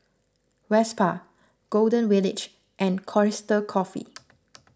Vespa Golden Village and Costa Coffee